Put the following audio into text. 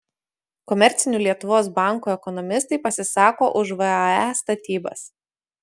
komercinių lietuvos bankų ekonomistai pasisako už vae statybas